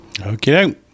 Okay